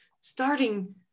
starting